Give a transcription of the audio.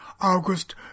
August